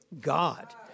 God